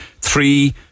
three